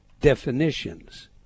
definitions